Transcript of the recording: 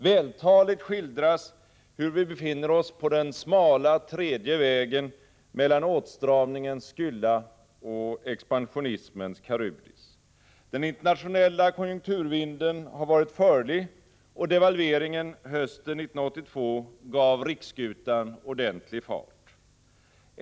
Vältaligt skildras hur vi befinner oss på den smala tredje vägen mellan åtstramningens Skylla och expansionismens Karybdis. Den internationella konjunkturvinden har varit förlig, och devalveringen hösten 1982 gav riksskutan ordentlig fart.